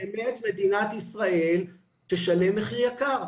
-- אז באמת מדינת ישראל תשלם מחיר יקר.